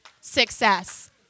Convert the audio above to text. success